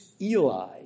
Eli